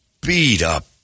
beat-up